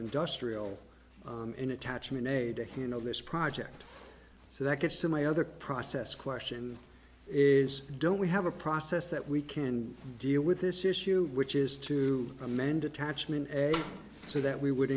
industrial in attachment ada here no this project so that gets to my other process question is don't we have a process that we can deal with this issue which is to amend attachment so that we would